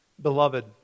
Beloved